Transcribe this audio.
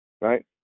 Right